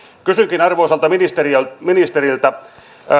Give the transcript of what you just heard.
kysynkin arvoisalta ministeriltä